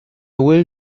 will